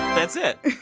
that's it.